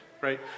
right